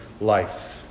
life